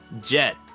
Jet